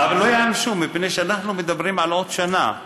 אבל לא ייענשו, מפני שאנחנו מדברים על עוד שנה.